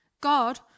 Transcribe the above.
God